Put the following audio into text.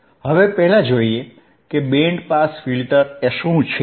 હવે પહેલા જોઈએ કે બેન્ડ પાસ ફિલ્ટર એ શું છે